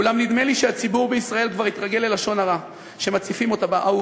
אולם נדמה לי שהציבור בישראל כבר התרגל ללשון הרע שמציפים אותו בה.